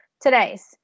today's